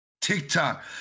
TikTok